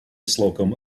slocum